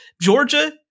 Georgia